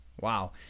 Wow